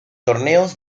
torneos